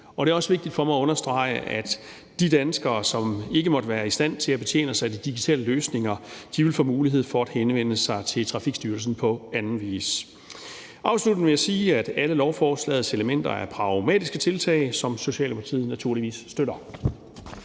Det er også vigtigt for mig at understrege, at de danskere, som ikke måtte være i stand til at betjene sig af de digitale løsninger, vil få mulighed for at henvende sig til Trafikstyrelsen på anden vis. Afsluttende vil jeg sige, at alle lovforslagets elementer er pragmatiske tiltag, som Socialdemokratiet naturligvis støtter.